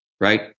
right